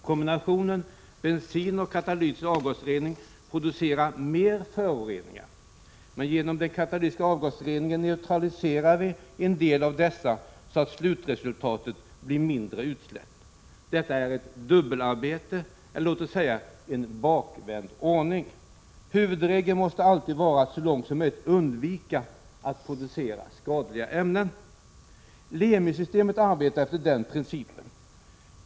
Kombinationen bensin och katalytisk avgasrening producerar mer föroreningar, men genom den katalytiska avgasreningen neutraliserar vi en del av dessa så att slutresultatet blir mindre utsläpp. Detta är ett dubbelarbete eller låt oss säga en bakvänd ordning. Huvudregeln måste alltid vara att så långt som möjligt undvika att producera skadliga ämnen. LEMI-systemet arbetar efter den principen.